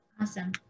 Awesome